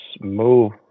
move